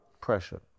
Pressure